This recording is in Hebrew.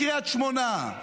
קריאה ראשונה.